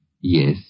Yes